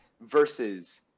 Versus